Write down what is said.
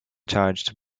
charged